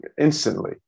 instantly